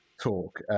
talk